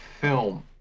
film